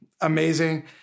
Amazing